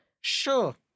Sure